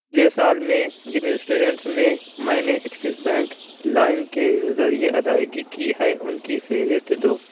پچھلے سال میں جن ریسٹورنٹس میں میں نے ایکسس بینک لائم کے ذریعے ادائیگی کی ہے ان کی فہرست دو